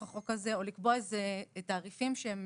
החוק הזה או לקבוע איזה תעריפים שהם